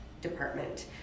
department